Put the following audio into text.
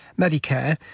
Medicare